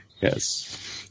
Yes